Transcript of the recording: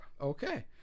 Okay